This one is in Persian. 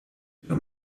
چرا